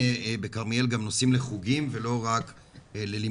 בכרמיאל גם נוסעים לחוגים ולא רק ללימודים,